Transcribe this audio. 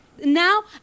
Now